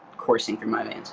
coursing for money.